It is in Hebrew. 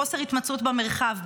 חוסר התמצאות במרחב,